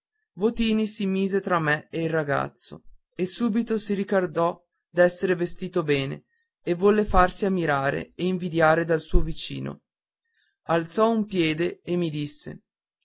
votini si mise tra me e il ragazzo e subito si ricordò d'essere vestito bene e volle farsi ammirare e invidiare dal suo vicino alzò un piede e mi disse